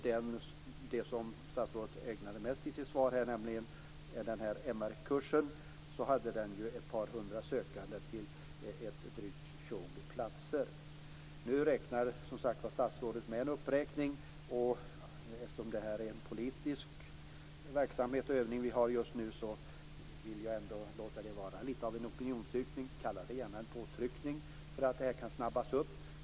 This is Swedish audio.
Den kurs som statsrådet ägnade sig mest åt i sitt svar, nämligen MR kursen, hade ett par hundra sökande till ett drygt tjog platser. Nu räknar statsrådet som sagt var med en uppräkning. Eftersom det är en politisk övning vi har just nu vill jag ändå låta detta vara litet av en opinionsyttring, kalla det gärna en påtryckning, för att det här skall snabbas upp.